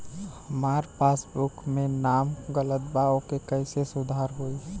हमार पासबुक मे नाम गलत बा ओके कैसे सुधार होई?